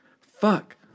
fuck